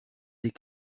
des